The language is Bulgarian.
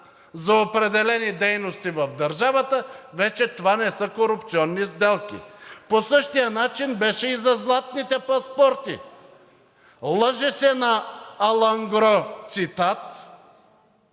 за определени дейности в държавата, това вече не са корупционни сделки. По същия начин беше и за златните паспорти. Лъжеше на алангро – цитат,